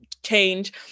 change